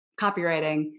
copywriting